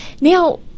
now